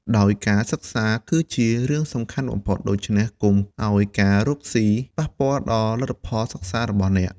ដោយការសិក្សាគឺជារឿងសំខាន់បំផុត ដូច្នេះកុំឱ្យការរកស៊ីប៉ះពាល់ដល់លទ្ធផលសិក្សារបស់អ្នក។